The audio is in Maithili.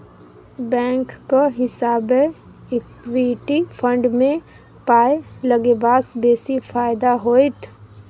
बैंकक हिसाबैं इक्विटी फंड मे पाय लगेबासँ बेसी फायदा होइत